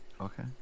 Okay